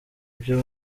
byo